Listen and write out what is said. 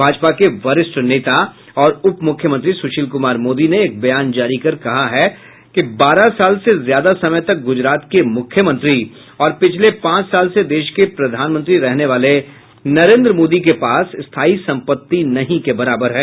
भाजपा के वरिष्ठन नेता और उपमुख्यमंत्री सुशील कुमार मोदी ने एक बयान जारी कर कहा है कि बारह साल से ज्यादा समय तक गुजरात के मुख्यमंत्री और पिछले पांच साल से देश के प्रधानमंत्री रहने वाले नरेन्द्र मोदी के पास स्थायी सम्पत्ति नहीं के बराबर है